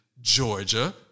Georgia